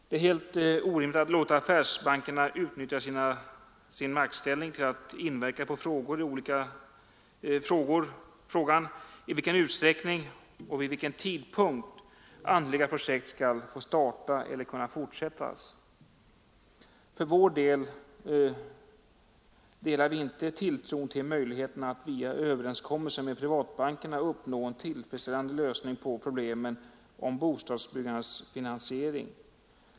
Det är helt orimligt att låta affärsbankerna utnyttja sin maktställning till att inverka på frågan i vilken utsträckning och vid vilken tidpunkt angelägna projekt skall få starta eller kunna fortsättas. För vår del delar vi inte tilltron till möjligheterna att via överenskommelser med privatbankerna uppnå en tillfredsställande lösning på problemen om bostadsbyggandets finansiering.